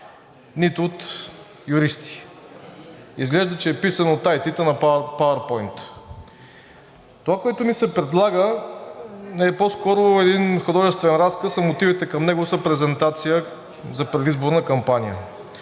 нито от юристи. Изглежда, че е писан от IT-та на PowerPoint. Това, което ни се предлага, е по-скоро един художествен разказ, а мотивите към него са презентация за предизборна кампания.